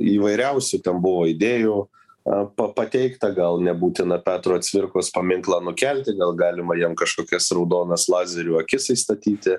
įvairiausių ten buvo idėjų a papateikta gal nebūtina petro cvirkos paminklą nukelti gal galima jam kažkokias raudonas lazerių akis įstatyti